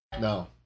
No